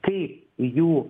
kai jų